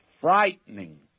frightening